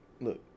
look